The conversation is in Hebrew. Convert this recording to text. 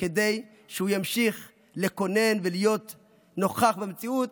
כדי שהוא ימשיך לכונן ולהיות נוכח במציאות,